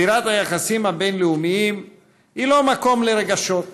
זירת היחסים הבין-לאומיים היא לא מקום לרגשות,